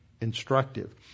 instructive